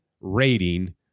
rating